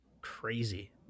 crazy